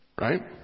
Right